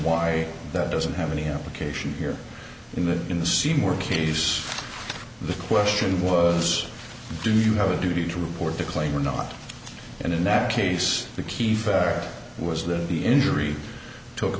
why that doesn't have any application here in the in the seymour case the question was do you have a duty to report the claim or not and in that case the key for was that the injury took